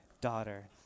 daughter